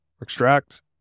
extract